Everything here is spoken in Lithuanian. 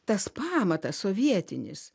tas pamatas sovietinis